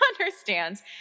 understands